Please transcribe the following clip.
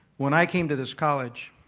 when i came to this college